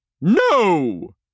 No